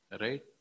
right